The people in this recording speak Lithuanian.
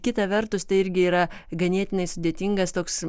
kita vertus tai irgi yra ganėtinai sudėtingas toks